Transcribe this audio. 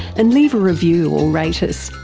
and leave a review or rate us.